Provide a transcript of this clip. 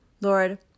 Lord